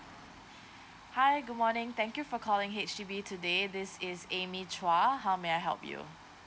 hi good morning thank you for calling H_D_B today this is amy chuah how may I help you